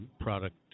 product